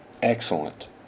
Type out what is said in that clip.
Excellent